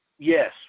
Yes